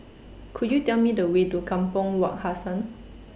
Could YOU Tell Me The Way to Kampong Wak Hassan